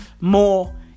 more